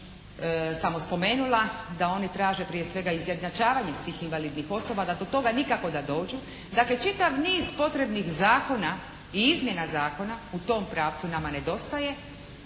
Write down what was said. samo spomenula da oni traže prije svega izjednačavanje svih invalidnih osoba da to do toga nikako da dođu. Dakle, čitav niz potrebnih zakona i izmjena zakona u tom pravcu nama nedostaje